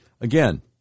again